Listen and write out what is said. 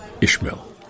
Ishmael